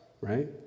right